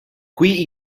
qui